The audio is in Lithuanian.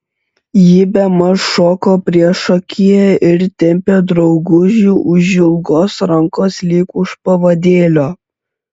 ji bemaž šoko priešakyje ir tempė draugužį už ilgos rankos lyg už pavadėlio